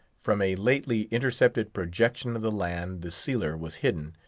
from a lately intercepted projection of the land, the sealer was hidden,